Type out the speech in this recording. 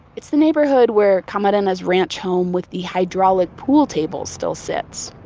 it's the neighborhood where camarena's ranch home with the hydraulic pool table still sits,